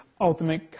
ultimate